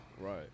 Right